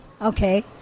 Okay